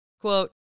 Quote